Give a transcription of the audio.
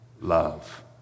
love